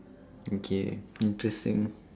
okay interesting